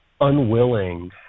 unwilling